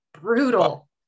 brutal